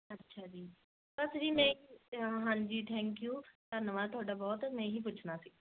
ਅੱਛਾ ਜੀ ਬਸ ਜੀ ਮੈਂ ਹਾਂਜੀ ਥੈਂਕ ਯੂ ਧੰਨਵਾਦ ਤੁਹਾਡਾ ਬਹੁਤ ਮੈਂ ਇਹੀ ਪੁੱਛਣਾ ਸੀ